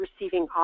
receiving